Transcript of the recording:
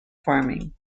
farming